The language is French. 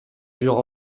dure